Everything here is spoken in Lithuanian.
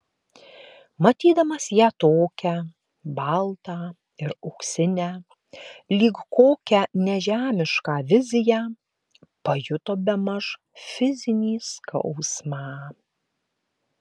matydamas ją tokią baltą ir auksinę lyg kokią nežemišką viziją pajuto bemaž fizinį skausmą